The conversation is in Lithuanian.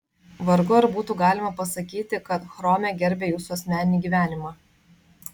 vargu ar būtų galima pasakyti kad chrome gerbia jūsų asmeninį gyvenimą